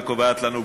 וקובעת לנו פגישות,